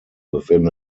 within